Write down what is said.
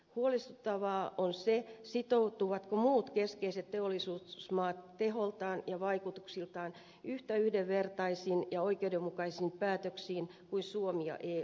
huolestuttavaa on se sitoutuvatko muut keskeiset teollisuusmaat teholtaan ja vaikutuksiltaan yhtä yhdenvertaisiin ja oikeudenmukaisiin päätöksiin kuin suomi ja eu